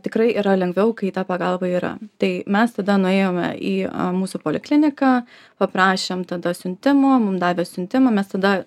tikrai yra lengviau kai ta pagalba yra tai mes tada nuėjome į mūsų polikliniką paprašėm tada siuntimo mum davė siuntimą mes tada